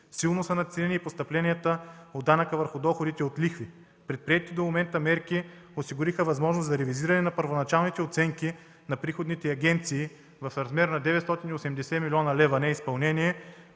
Силно са надценени и постъпленията от данъка върху доходите от лихви. Предприетите до момента мерки осигуриха възможност за ревизиране на първоначалните оценки на приходните агенции в размер на 980 млн. лв. до,